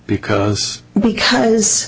because because